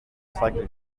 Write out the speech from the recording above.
cyclic